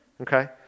okay